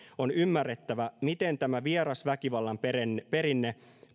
on ymmärrettävä miten tämä vieras väkivallan perinne perinne